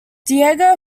diego